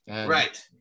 right